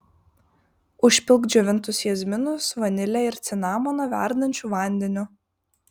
užpilk džiovintus jazminus vanilę ir cinamoną verdančiu vandeniu